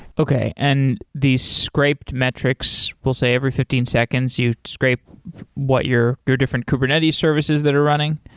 okay. and these scraped metrics, we'll say every fifteen seconds you scrape what your your different kubernetes services that are running.